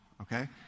okay